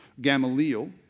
Gamaliel